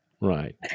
Right